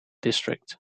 district